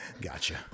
Gotcha